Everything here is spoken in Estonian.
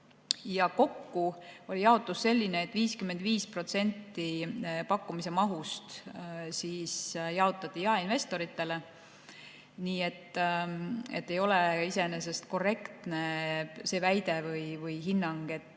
Kokku oli jaotus selline, et 55% pakkumise mahust jaotati jaeinvestoritele. Nii et iseenesest ei ole korrektne see väide või hinnang, et